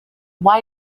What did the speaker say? why